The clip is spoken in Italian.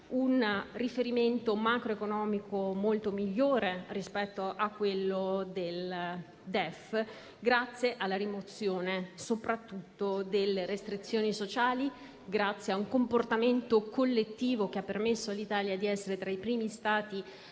un riferimento macroeconomico di gran lunga migliore rispetto a quello del DEF, soprattutto grazie alla rimozione delle restrizioni sociali, grazie a un comportamento collettivo che ha permesso all'Italia di essere tra i primi Stati